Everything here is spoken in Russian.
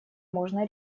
можно